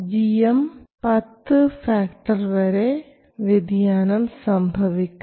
gm 10 factor വരെ വ്യതിയാനം സംഭവിക്കാം